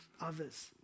others